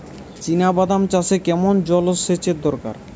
চিনাবাদাম চাষে কেমন জলসেচের দরকার?